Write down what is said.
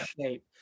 shape